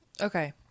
okay